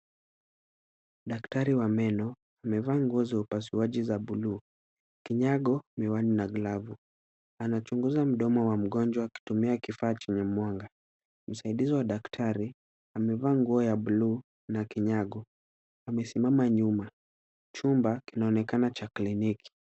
Daktari wa meno amevaa nguo za upasuaji za buluu, kinyago, miwani na glavu. Anachunguza mdomo wa mgonjwa akitumia kifaa chenye mwanga. Msaidizi wa daktari amevaa nguo ya bluu na kinyago, amesimama nyuma. Chumba kinaonekana cha kliniki.